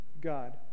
God